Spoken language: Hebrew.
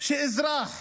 שאזרח